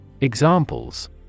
Examples